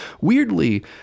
weirdly